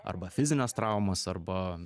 arba fizinės traumos arba